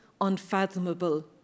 unfathomable